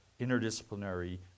interdisciplinary